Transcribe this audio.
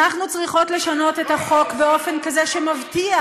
אנחנו צריכות לשנות את החוק באופן כזה שמבטיח